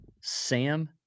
Sam